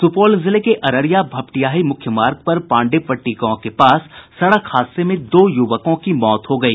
सुपौल जिले के अररिया भपटियाही मुख्य मार्ग पर पांडेय पट्टी गांव के पास सड़क हादसे में दो युवकों की मौत हो गई